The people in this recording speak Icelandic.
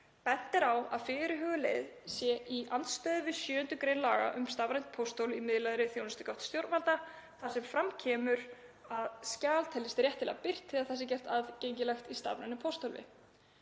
Bent er á að fyrirhuguð leið sé í andstöðu við 7. gr. laga um stafrænt pósthólf í miðlægri þjónustugátt stjórnvalda, þar sem fram kemur að skjal teljist réttilega birt þegar það sé gert aðgengilegt í stafrænu pósthólfi.